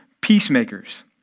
peacemakers